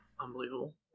Unbelievable